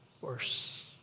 worse